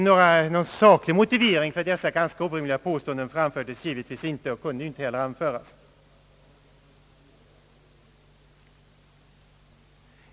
Någon saklig motivering för dessa ganska orimliga påståenden framfördes givetvis inte och kunde inte heller anföras.